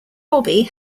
bobby